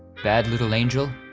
bad little angel,